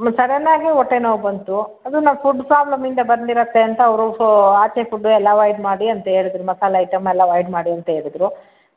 ಹ್ಞೂ ಸಡನ್ನಾಗಿ ಹೊಟ್ಟೆ ನೋವು ಬಂತು ಅದು ನಾವು ಫುಡ್ ಪ್ರಾಬ್ಲಮಿಂದ ಬಂದಿರತ್ತೆ ಅಂತ ಅವರು ಫ್ ಆಚೆ ಫುಡ್ ಎಲ್ಲ ಅವಾಯ್ಡ್ ಮಾಡಿ ಅಂತ ಹೇಳಿದ್ರು ಮಸಾಲೆ ಐಟೆಮ್ಯೆಲ್ಲ ಅವಾಯ್ಡ್ ಮಾಡಿ ಅಂತ ಹೇಳಿದ್ರು